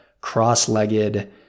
cross-legged